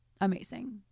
amazing